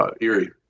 Erie